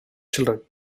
children